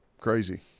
crazy